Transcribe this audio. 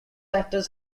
actors